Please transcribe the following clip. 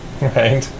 right